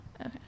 Okay